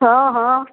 हँ हँ